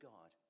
God